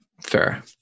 fair